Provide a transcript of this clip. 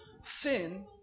Sin